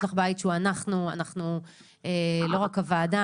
יש לך בית שהוא אנחנו לא רק הוועדה.